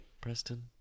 Preston